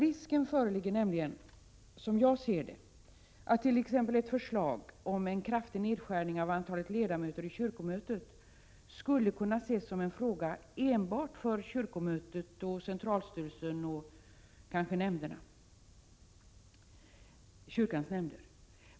Risken föreligger nämligen, som jag ser det, för attt.ex. ett förslag om en kraftig nedskärning av antalet ledamöter i kyrkomötet skulle kunna ses som en fråga enbart för kyrkomötet, centralstyrelsen och kanske även kyrkans nämnder.